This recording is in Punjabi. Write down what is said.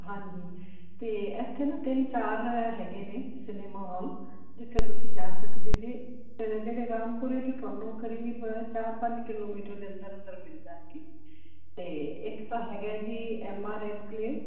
ਹਾਂਜੀ ਤੇ ਇੱਥੇ ਨਾ ਤਿੰਨ ਚਾਰ ਹੈਗੇ ਨੇ ਸਿਨੇਮਾ ਹਾਲ ਜਿੱਥੇ ਤੁਸੀਂ ਜਾ ਸਕਦੇ ਜੀ ਜਿਹੜੇ ਰਾਮਪੁਰੇ ਤੇ ਤੁਹਾਨੂੰ ਕਰੀਬ ਚਾਰ ਪੰਜ ਕਿਲੋਮੀਟਰ ਦੇ ਅੰਦਰ ਅੰਦਰ ਮਿਲ ਜਾਣਗੇ ਇਕ ਤੇ ਹੈਗਾ ਜੀ M R A N claim